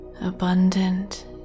abundant